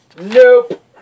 nope